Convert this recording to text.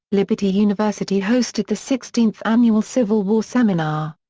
liberty university hosted the sixteenth annual civil war seminar.